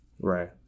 Right